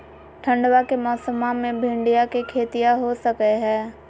ठंडबा के मौसमा मे भिंडया के खेतीया हो सकये है?